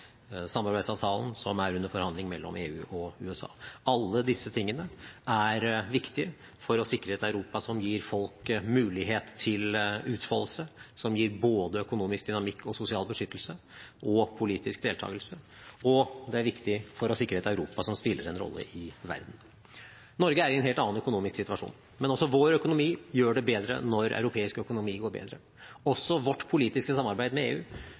som er under forhandling mellom EU og USA. Alle disse tingene er viktig for å sikre et Europa som gir folk mulighet til utfoldelse, som både gir økonomisk dynamikk, sosial beskyttelse og politisk deltagelse, og det er viktig for å sikre et Europa som spiller en rolle i verden. Norge er i en helt annen økonomisk situasjon. Men også vår økonomi gjør det bedre når europeisk økonomi går bedre. Også vårt politiske samarbeid med EU